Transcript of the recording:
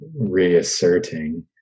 reasserting